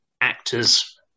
actors